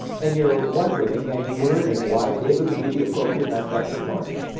and you're wondering, and learning why david would be the appropriate mascot for florence.